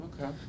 Okay